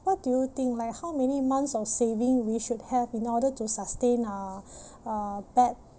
what do you think like how many months of saving we should have in order to sustain uh uh bad